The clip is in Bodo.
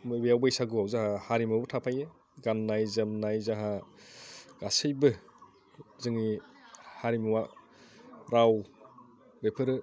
बेयाव बैसागु जाहा हारिमुयाबो थाफायो गाननाय जोमनाय जाहा गासैबो जोंनि हारिमुआ राव बेफोरो